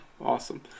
awesome